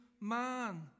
man